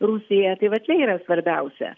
rusiją tai va čia yra svarbiausia